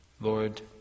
Lord